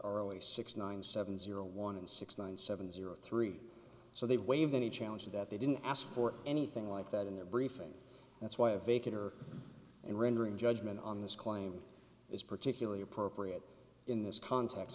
only six nine seven zero one and six one seven zero three so they waived any challenge that they didn't ask for anything like that in their briefing that's why vacant or in rendering judgment on this claim is particularly appropriate in this cont